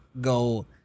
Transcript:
go